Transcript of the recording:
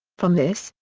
from this,